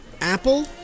apple